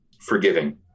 forgiving